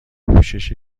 پوشش